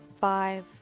five